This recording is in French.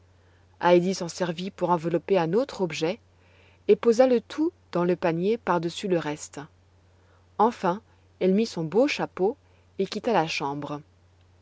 heidi s'en servit pour envelopper un autre objet et posa le tout dans le panier par-dessus le reste enfin elle mit son beau chapeau et quitta la chambre